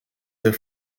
the